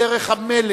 בדרך המלך,